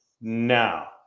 now